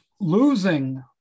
losing